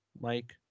Mike